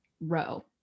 row